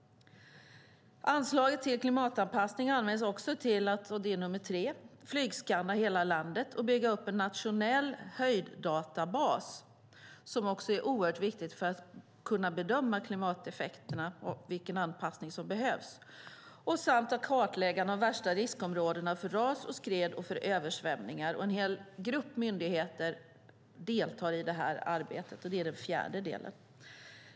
Anslaget till klimatanpassning används också till att - och det är nummer tre - flygskanna hela landet och bygga upp en nationell höjddatabas, vilket också är oerhört viktigt för att man ska kunna bedöma klimateffekterna och vilken anpassning som behövs. Anslaget används också till att kartlägga de värsta riskområdena för ras och skred och för översvämningar. En hel grupp myndigheter deltar i det arbetet. Det är den fjärde delen.